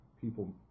people